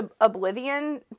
oblivion